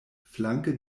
flanke